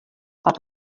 per